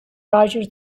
roger